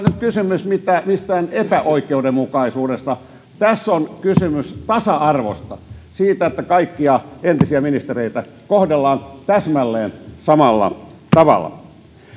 nyt kysymys mistään epäoikeudenmukaisuudesta tässä on kysymys tasa arvosta siitä että kaikkia entisiä ministereitä kohdellaan täsmälleen samalla tavalla